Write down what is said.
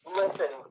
listen